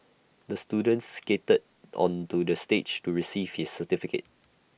the student skated onto the stage to receive his certificate